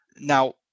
Now